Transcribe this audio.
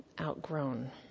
outgrown